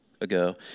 ago